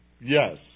Yes